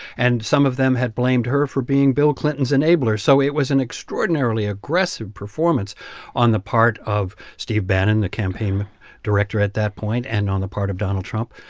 and some of them had blamed her for being bill clinton's enabler so it was an extraordinarily aggressive performance on the part of steve bannon, the campaign director at that point, and on the part of donald trump.